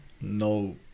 no